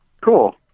Cool